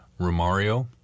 Romario